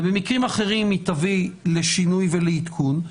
ובמקרים אחרים היא תביא לשינוי ולעדכון,